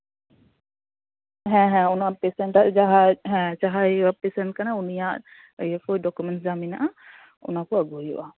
ᱦᱮᱸ ᱦᱮᱸ ᱡᱟᱦᱟᱸ ᱦᱮᱸ ᱡᱟᱦᱟᱸᱭ ᱯᱮᱥᱮᱱᱴ ᱠᱟᱱᱟᱭ ᱩᱱᱤᱭᱟᱜ ᱰᱚᱠᱩᱢᱮᱱᱴ ᱡᱟᱦᱟᱸ ᱢᱮᱱᱟᱜᱼᱟ ᱚᱱᱟᱠᱚ ᱟᱹᱜᱩ ᱦᱩᱭᱩᱜᱼᱟ